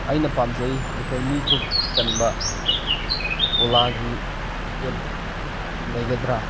ꯑꯩꯅ ꯄꯥꯝꯖꯩ ꯑꯩꯈꯣꯏ ꯃꯤ ꯇꯔꯨꯛ ꯆꯟꯕ ꯑꯣꯂꯥꯒꯤ ꯀꯦꯐ ꯂꯩꯒꯗ꯭ꯔꯥ